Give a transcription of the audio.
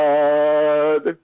God